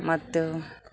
ಮತ್ತು